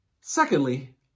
Secondly